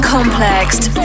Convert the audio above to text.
Complexed